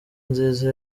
nziza